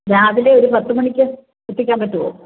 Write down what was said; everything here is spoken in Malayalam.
രാവിലെ ഒരു പത്ത് മണിക്ക് എത്തിക്കാൻ പറ്റുമോ